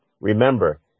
remember